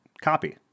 copy